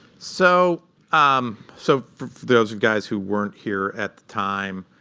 so um so for those guys who weren't here at the time,